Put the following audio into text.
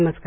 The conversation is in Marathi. नमस्कार